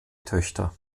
töchter